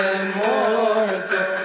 Immortal